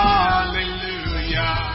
Hallelujah